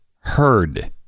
heard